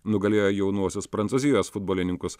nugalėjo jaunuosius prancūzijos futbolininkus